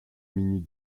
minute